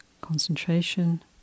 concentration